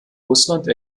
russland